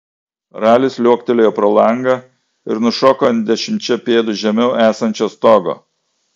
ralis liuoktelėjo pro langą ir nušoko ant dešimčia pėdų žemiau esančio stogo